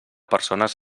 persones